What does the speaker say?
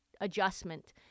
adjustment